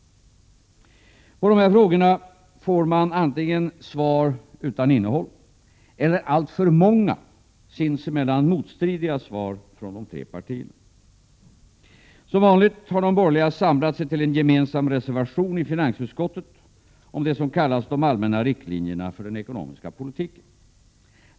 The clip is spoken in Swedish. På dessa frågor får man antingen svar utan innehåll eller alltför många, sinsemellan motstridiga, svar från de tre partierna. Som vanligt har de borgerliga samlat sig till en gemensam reservation i finansutskottet om det som kallas de allmänna riktlinjerna för den ekonomiska politiken.